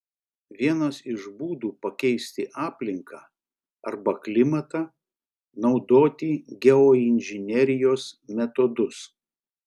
vienas iš būdų pakeisti aplinką arba klimatą naudoti geoinžinerijos metodus